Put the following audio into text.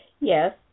Yes